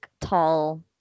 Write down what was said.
tall